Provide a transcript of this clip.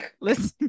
Listen